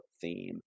theme